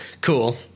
cool